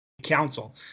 Council